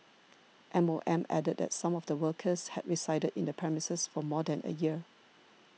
M O M added that some of the workers had resided in the premises for more than a year